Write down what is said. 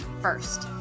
first